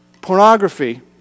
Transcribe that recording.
Pornography